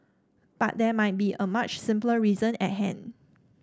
but there might be a much simpler reason at hand